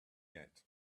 yet